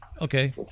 Okay